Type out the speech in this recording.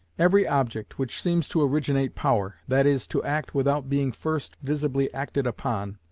every object which seems to originate power, that is, to act without being first visibly acted upon,